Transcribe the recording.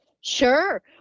Sure